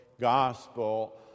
gospel